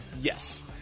Yes